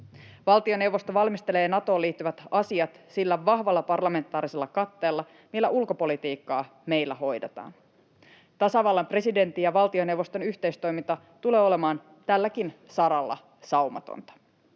Valtioneuvosto valmistelee Natoon liittyvät asiat sillä vahvalla parlamentaarisella katteella, millä ulkopolitiikkaa meillä hoidetaan. Tasavallan presidentin ja valtioneuvoston yhteistoiminta tulee olemaan tälläkin saralla saumatonta.